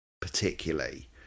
particularly